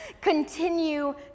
Continue